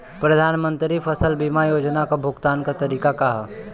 प्रधानमंत्री फसल बीमा योजना क भुगतान क तरीकाका ह?